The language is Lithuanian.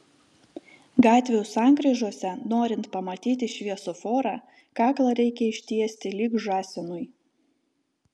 gatvių sankryžose norint pamatyti šviesoforą kaklą reikia ištiesti lyg žąsinui